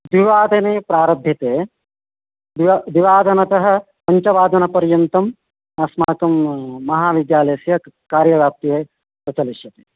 द्विवादने प्रारभ्यते द्विवा द्विवादनतः पञ्चवादनपर्यन्तम् अस्माकं महाविद्यालयस्य कार्यव्याप्तिः प्रचलिष्यति